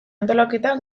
antolaketa